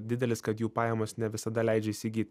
didelis kad jų pajamos ne visada leidžia įsigyt